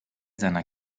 seiner